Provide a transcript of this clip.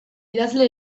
idazle